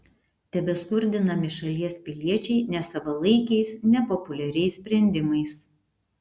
tebeskurdinami šalies piliečiai nesavalaikiais nepopuliariais sprendimais